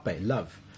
love